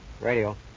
Radio